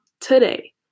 today